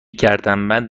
گردنبند